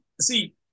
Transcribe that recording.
see